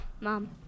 mom